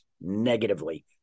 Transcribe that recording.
negatively